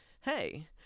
hey